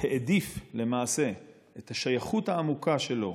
העדיף למעשה את השייכות העמוקה שלו